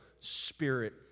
spirit